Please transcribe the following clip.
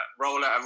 roller